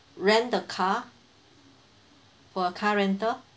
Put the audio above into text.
rent the car for a car rental